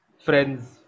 friends